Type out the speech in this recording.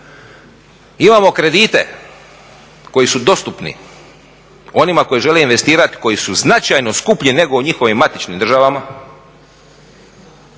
Imamo kredite koji su dostupni onima koji žele investirati, koji su značajno skuplji nego u njihovim matičnim državama,